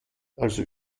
also